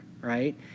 right